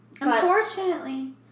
Unfortunately